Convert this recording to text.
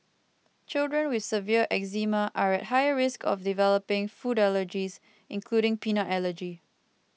children with severe eczema are at higher risk of developing food allergies including peanut allergy